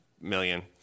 Million